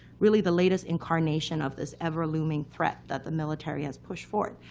really, the latest incarnation of this ever-looming threat that the military has pushed forward.